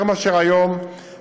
יותר מאשר היום,